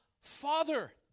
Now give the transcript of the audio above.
father